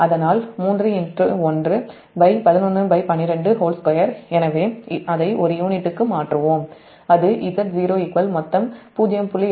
அதனால் 3111122 எனவே அதை ஒரு யூனிட்டுக்கு மாற்றுவோம் அது Z0 மொத்தம் 0